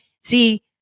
See